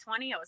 20